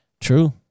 True